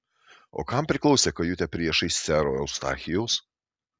o kam priklausė kajutė priešais sero eustachijaus